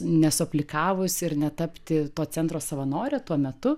nesuaplikavus ir netapti to centro savanore tuo metu